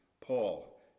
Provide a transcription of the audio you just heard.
Paul